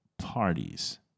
parties